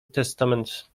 testament